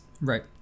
Right